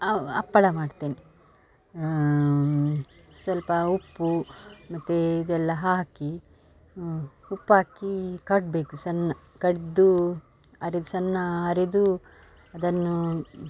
ಹಪ್ಪಳ ಮಾಡ್ತೇನೆ ಸ್ವಲ್ಪ ಉಪ್ಪು ಮತ್ತೆ ಇದೆಲ್ಲ ಹಾಕಿ ಉಪ್ಪಾಕಿ ಕಡಿಬೇಕು ಸಣ್ಣ ಕಡ್ದು ಅರೆ ಸಣ್ಣ ಅರೆದು ಅದನ್ನು